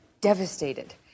devastated